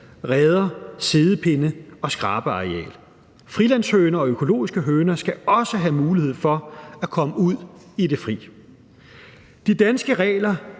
reder, siddepinde og skrabeareal. Frilandshøner og økologiske høner skal også have mulighed for at komme ud i det fri. De danske regler